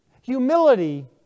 Humility